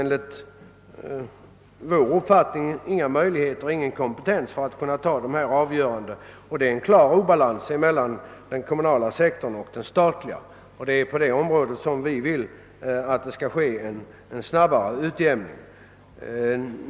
Enligt vår uppfattning föreligger inga möjligheter och ingen kompetens för att kunna göra dessa avgöranden utan en lagändring, vilket innebär en klar obalans mellan den kommunala och den statliga sektorn. Vi vill att det skall ske en snabbare utjämning på detta område.